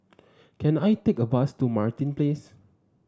can I take a bus to Martin Place